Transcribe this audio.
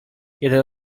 jeden